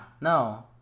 no